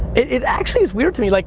it actually is weird to me. like